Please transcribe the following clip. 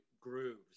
grooves